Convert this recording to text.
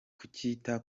kutita